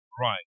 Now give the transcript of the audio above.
right